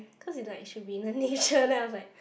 cause is like should be the nature then I was like